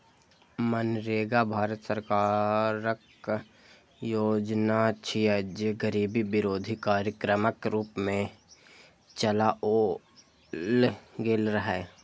मनरेगा भारत सरकारक योजना छियै, जे गरीबी विरोधी कार्यक्रमक रूप मे चलाओल गेल रहै